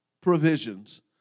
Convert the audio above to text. provisions